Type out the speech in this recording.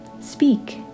Speak